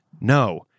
no